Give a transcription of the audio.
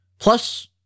plus